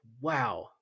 wow